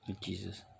Jesus